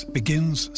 begins